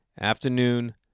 afternoon